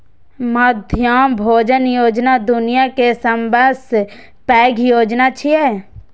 मध्याह्न भोजन योजना दुनिया के सबसं पैघ योजना छियै